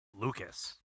Lucas